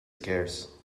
scarce